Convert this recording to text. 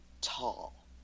Tall